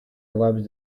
lives